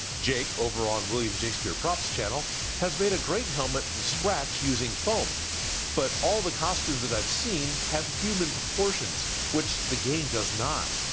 jake over on william jakespeare props channel has made a great helmet from scratch using foam but all the costumes that i've seen have human proportions which the game does not.